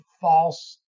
false